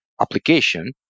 application